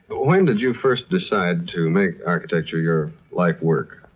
when did you first decide to make architecture your life work?